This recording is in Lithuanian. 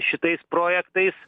šitais projektais